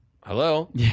hello